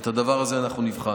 ואת הדבר הזה אנחנו נבחן.